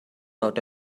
out